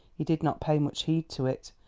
he did not pay much heed to it,